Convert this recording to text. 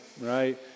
right